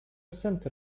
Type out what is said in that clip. center